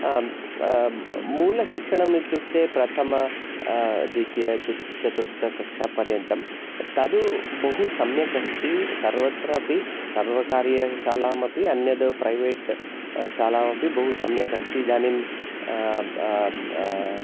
मूलशिक्षणम् इत्युक्ते प्रथम द्वितीय च चतुर्थ कक्षा पर्यन्तम् तद्बहु सम्यक् अस्ति सर्वत्र अपि सर्वकारीयशालामपि अन्यत् प्रैवेट् शालाम् अपि बहुसम्यक् अस्ति इदानीम्